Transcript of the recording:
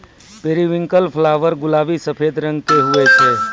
periwinkle flower गुलाबी सफेद रंग के हुवै छै